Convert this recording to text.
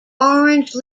orange